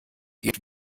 geht